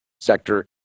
sector